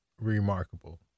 Remarkable